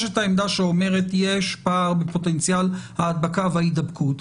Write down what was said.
יש את העמדה שאומרת שיש פער בפוטנציאל ההדבקה וההידבקות,